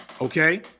Okay